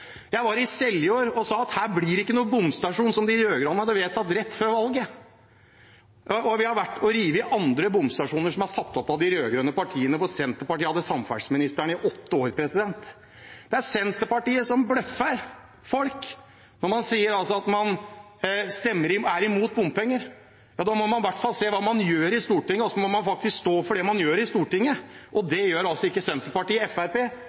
og vi har vært og revet andre bomstasjoner som er satt opp av de rød-grønne partiene, og Senterpartiet hadde samferdselsministeren i åtte år. Det er Senterpartiet som bløffer folk. Når man sier at man er imot bompenger, ja, da må man i hvert fall se hva man gjør i Stortinget, og så må man faktisk stå for det man gjør i Stortinget. Det gjør altså ikke Senterpartiet.